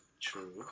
True